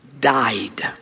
died